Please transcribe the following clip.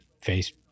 face